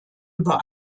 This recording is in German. über